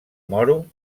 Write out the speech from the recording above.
moro